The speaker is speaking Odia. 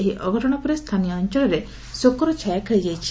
ଏହି ଅଘଟଣ ପରେ ସ୍ଚାନୀୟ ଅଞ୍ଞଳରେ ଶୋକର ଛାୟା ଖେଳିଯାଇଛି